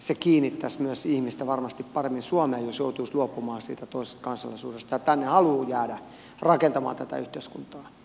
siinä mielessä se kiinnittäisi myös ihmistä varmasti paremmin suomeen jos joutuisi luopumaan siitä toisesta kansalaisuudesta ja haluaa jäädä tänne rakentamaan tätä yhteiskuntaa